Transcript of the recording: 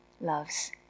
loves